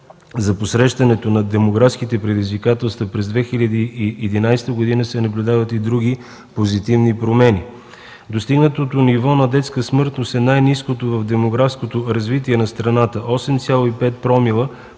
за посрещане на демографските предизвикателства през 2011 г. се наблюдават и други позитивни промени. Достигнатото ниво на детска смъртност е най-ниското в демографското развитие на страната – 8,5 промила